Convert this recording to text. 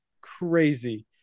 crazy